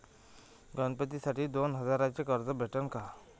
गणपतीसाठी दोन हजाराचे कर्ज भेटन का?